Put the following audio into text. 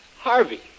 Harvey